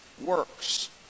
works